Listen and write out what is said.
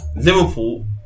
Liverpool